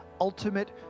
ultimate